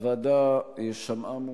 הוועדה שמעה מומחים,